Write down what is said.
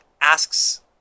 asks